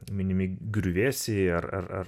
minimi griuvėsiai ar ar ar